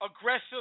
aggressive